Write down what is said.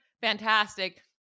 fantastic